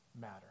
matter